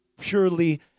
purely